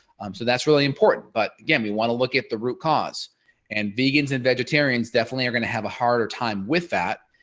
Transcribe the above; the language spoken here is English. so that's really important. but again we want to look at the root cause and vegans and vegetarians definitely are going to have a harder time with that.